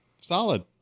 solid